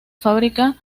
fábrica